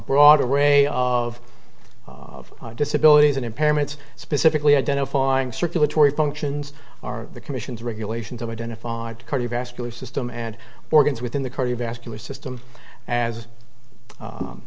array of of disabilities and impairments specifically identifying circulatory functions are the commission's regulations identified cardiovascular system and organs within the cardiovascular system as